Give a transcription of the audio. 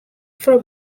for